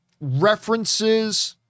references